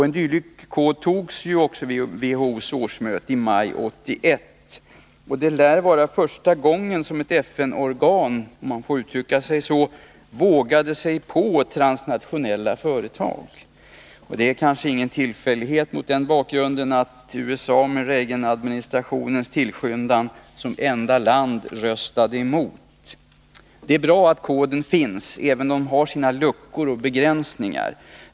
En sådan kod antogs också vid WHO:s årsmöte i maj 1981. Det lär vara första gången som ett FN-organ vågade sig på, om man får uttrycka sig så, transnationella företag. Det är mot den bakgrunden kanske ingen tillfällighet att USA med Reaganadministrationens tillskyndan som enda land röstade emot. Det är bra att koden finns, även om den har sina luckor och begränsningar.